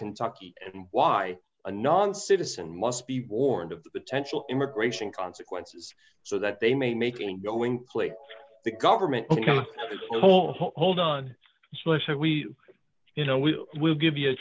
kentucky and why a non citizen must be warned of potential immigration consequences so that they may making going plea to the government ok hold on hold on so i said we you know we will give you a